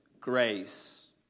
grace